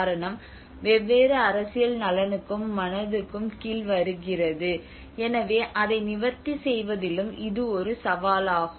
காரணம் வெவ்வேறு அரசியல் நலனுக்கும் மனதுக்கும் கீழ் வருகிறது எனவே அதை நிவர்த்தி செய்வதிலும் இது ஒரு சவாலாகும்